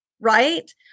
right